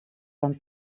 dan